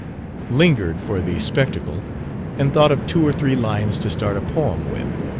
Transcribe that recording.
lingered for the spectacle and thought of two or three lines to start a poem with.